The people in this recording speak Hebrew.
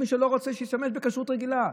מי שלא רוצה, שישתמש בכשרות רגילה,